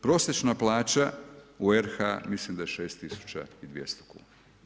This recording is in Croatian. Prosječna plaća u RH mislim da je 6200 kuna.